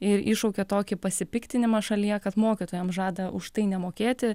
ir iššaukė tokį pasipiktinimą šalyje kad mokytojam žada už tai nemokėti